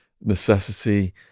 necessity